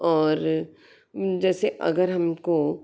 और जैसे अगर हमको